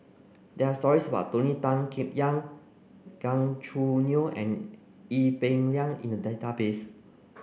there stories about Tony Tan Keng Yam Gan Choo Neo and Ee Peng Liang in the database